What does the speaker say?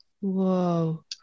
Whoa